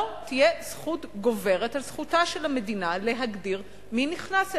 תהיה זכות גוברת על זכותה של המדינה להגדיר מי נכנס אליה.